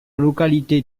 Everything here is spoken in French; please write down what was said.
localité